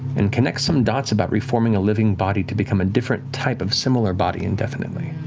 and connect some dots about reforming a living body to become a different type of similar body indefinitely.